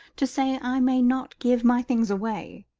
to say i may not give my things away?